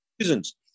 reasons